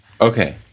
Okay